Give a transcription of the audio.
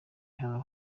hano